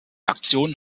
aktion